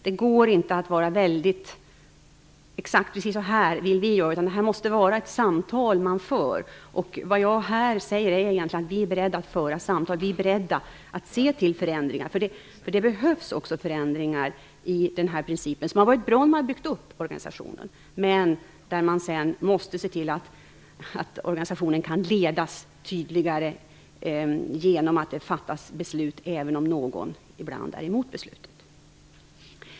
Det går inte att vara väldigt exakt och säga: Just så här vill vi göra; man måste föra ett samtal. Vi är beredda att föra samtal och se till förändringar, för det behövs förändringar i den här principen. Det var bra när man byggde upp organisationen, men man måste nu se till att organisationen kan ledas tydligare genom att man kan fatta beslut även om ibland någon är emot beslutet.